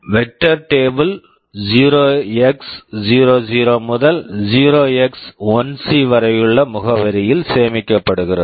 vector table vector table 0எக்ஸ்00 0x00 முதல் 0எகஸ்1சி 0x1c வரையுள்ள முகவரியில் சேமிக்கப்படுகிறது